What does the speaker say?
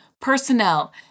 personnel